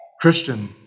Christian